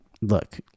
look